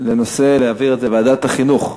על מנת להעביר את זה לוועדת החינוך.